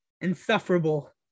Insufferable